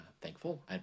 thankful